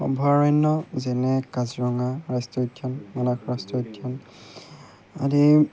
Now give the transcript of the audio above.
অভয়াৰণ্য যেনে কাজিৰঙা ৰাষ্ট্ৰীয় উদ্যান মানাহ ৰাষ্ট্ৰীয় উদ্যান আদি